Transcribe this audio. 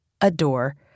adore